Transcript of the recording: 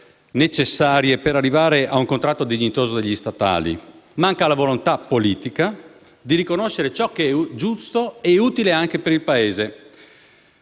necessarie per arrivare a un contratto dignitoso degli statali: manca la volontà politica di riconoscere ciò che è giusto e utile anche per il Paese.